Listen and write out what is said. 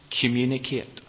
communicate